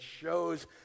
shows